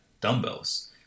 dumbbells